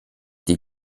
die